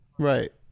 right